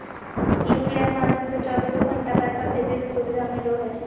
UPI माध्यम से चौबीसो घण्टा पैसा भेजे के सुविधा मिलो हय